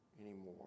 anymore